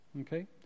Okay